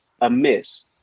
amiss